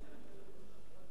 בושה וחרפה.